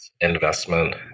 investment